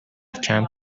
کمپ